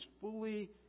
fully